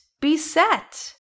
beset